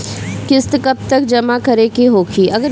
किस्त कब तक जमा करें के होखी?